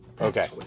Okay